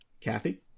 Kathy